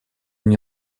мне